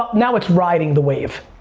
now it's riding the wave.